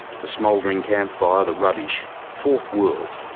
the smouldering campfire, the rubbish fourth world.